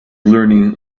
learning